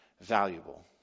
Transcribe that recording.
valuable